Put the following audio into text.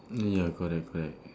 mm ya correct correct